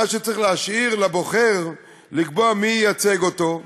מה שצריך להשאיר לבוחר זה לקבוע מי ייצג אותנו,